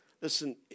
Listen